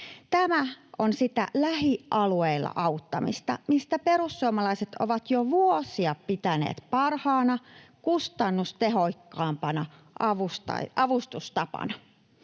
Tämä on sitä lähialueilla auttamista, mitä perussuomalaiset ovat jo vuosia pitäneet parhaana, kustannustehokkaimpana avustustapana.